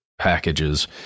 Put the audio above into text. packages